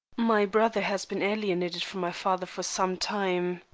my brother has been alienated from my father for some time,